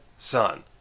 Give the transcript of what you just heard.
Son